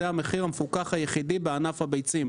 זה המחיר המפוקח היחידי בענף הביצים.